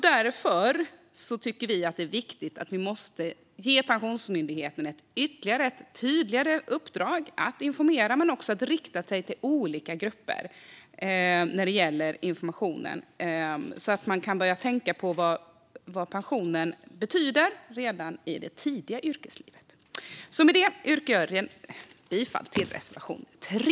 Därför tycker vi att det är viktigt att vi ger Pensionsmyndigheten ett tydligare uppdrag att informera men också rikta sig till olika grupper när det gäller informationen så att man kan börja tänka på vad pensionen betyder redan tidigt i yrkeslivet. Med det yrkar jag bifall till reservation 3.